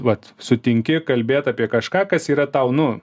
vat sutinki kalbėt apie kažką kas yra tau nu